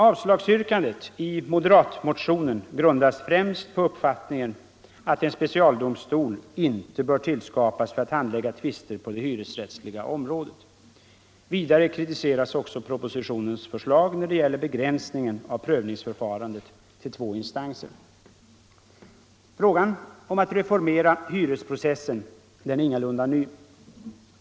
Avslagsyrkandet i moderatmotionen grundas främst på uppfattningen att en specialdomstol inte bör tillskapas för att handlägga tvister på det hyresrättsliga området. Vidare kritiseras propositionens förslag när det gäller begränsningen av prövningsförfarandet till två instanser. Frågan om att reformera hyresprocessen är ingalunda ny.